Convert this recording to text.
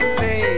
say